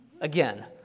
Again